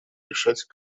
решать